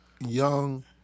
young